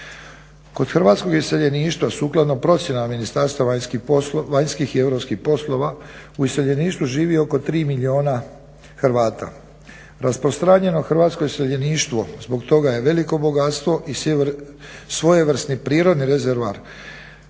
Kod hrvatskog iseljeništva sukladno procjenama Ministarstva vanjskih i europskih poslova u iseljeništvu živi oko 3 milijuna Hrvata. Rasprostranjeno hrvatsko iseljeništvo zbog toga je veliko bogatstvo i svojevrsni prirodni rezervoar